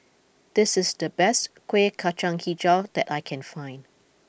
this is the best Kueh Kacang HiJau that I can find